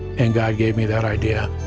and god gave me that idea.